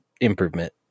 improvement